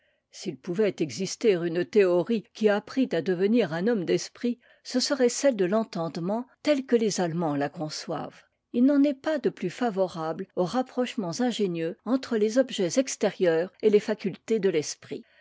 s'il pouvait exister une théorie qui apprît à devenir un homme d'esprit ce serait celle de l'entendement telle que les allemands la conçoivent il n'en est pas de plus favorable aux rapprochements ingénieux entre les objets extérieurs et les facultés de l'esprit